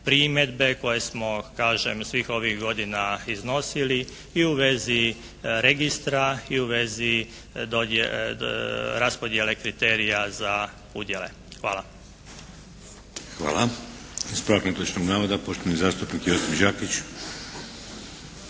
primjedbe koje smo kažem svih ovih godina iznosili i u vezi registra i u vezi raspodjele kriterija za udjele. Hvala. **Šeks, Vladimir (HDZ)** Hvala. Ispravak netočnog navoda poštovani zastupnik Josip Đakić.